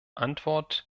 antwort